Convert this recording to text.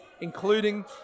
including